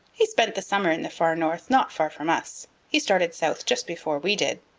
he spent the summer in the far north not far from us. he started south just before we did.